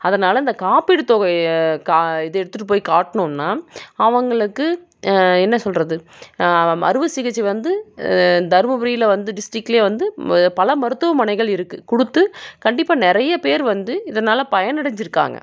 அதனால் அந்த காப்பீடு தொகையை கா இது எடுத்துகிட்டு போய் காட்டினோம்ன்னா அவர்களுக்கு என்ன சொல்வது அறுவை சிகிச்சை வந்து தருமபுரியில் வந்து டிஸ்ட்டிக்கிலே வந்து ம பல மருத்துவமனைகள் இருக்குது கொடுத்து கண்டிப்பாக நிறைய பேர் வந்து இதனாலக பயன் அடைஞ்சுருக்காங்க